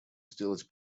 сделать